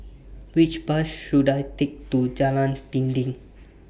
Which Bus should I Take to Jalan Dinding